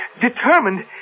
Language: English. Determined